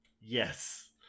Yes